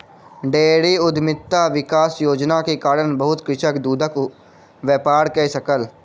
dairy उद्यमिता विकास योजना के कारण बहुत कृषक दूधक व्यापार कय सकल